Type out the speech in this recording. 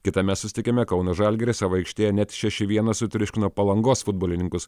kitame susitikime kauno žalgiris savo aikštėje net šeši vienas sutriuškino palangos futbolininkus